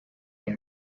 they